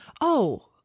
Oh